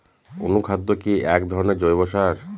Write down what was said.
অনুখাদ্য কি এক ধরনের জৈব সার?